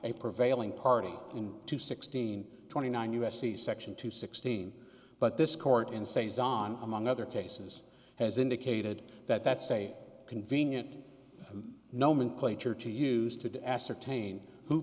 a prevailing party in two sixteen twenty nine u s c section two sixteen but this court in st john among other cases has indicated that that's a convenient nomenclature to use to ascertain who